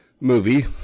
movie